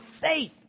faith